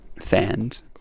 fans